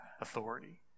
authority